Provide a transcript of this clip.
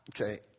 Okay